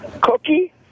Cookie